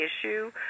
issue